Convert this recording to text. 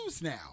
now